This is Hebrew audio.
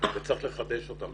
וצריך לחדש אותם.